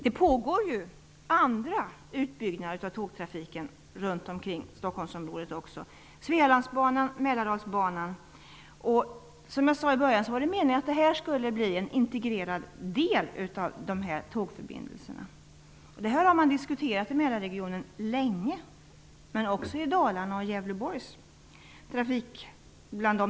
Det pågår också andra utbyggnader av tågtrafiken runt omkring i Stockholmsområdet: Svealandsbanan och Mälardalsbanan. Som jag sade i början var det meningen att Arlandabanan skulle bli en integrerad del av dessa tågförbindelser. Detta har man diskuterat länge i Mälarregionen, men också bland trafikhuvudmännen i Dalarna och i Gävleborgs län.